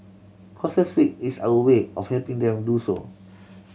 causes Week is our way of helping them do so